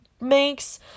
makes